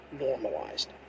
normalized